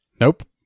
nope